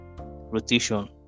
rotation